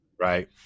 right